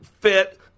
fit